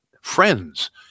friends